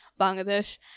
Bangladesh